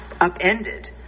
upended